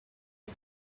had